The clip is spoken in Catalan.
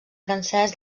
francès